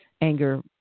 anger